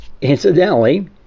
incidentally